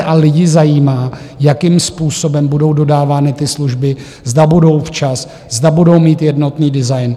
A lidi zajímá, jakým způsobem budou dodávány ty služby, zda budou včas, zda budou mít jednotný design.